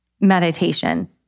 meditation